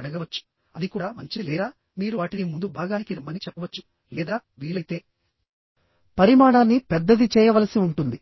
అడగవచ్చు అది కూడా మంచిది లేదా మీరు వాటిని ముందు భాగానికి రమ్మని చెప్పవచ్చు లేదా వీలైతే పరిమాణాన్ని పెద్దది చేయవలసి ఉంటుంది